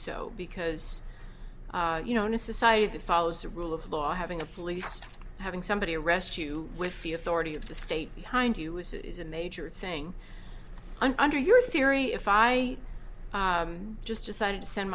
so because you know in a society that follows the rule of law having a policed having somebody arrest you with the authority of the state behind you is it is a major thing under your theory if i just decided to send